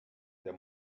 der